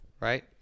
Right